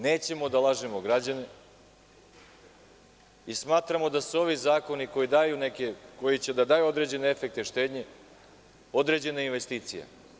Nećemo da lažemo građane i smatramo da su ovi zakoni koji će da daju određene efekte štednje, određene investicije.